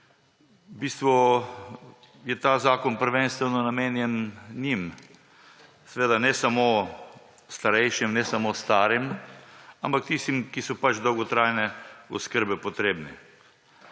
v bistvu je ta zakon prvenstveno namenjen njim. Seveda ne samo starejšim, ne samo starim, ampak tistim, ki so pač dolgotrajne oskrbe potrebni.